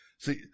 See